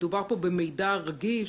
מדובר פה במידע רגיש,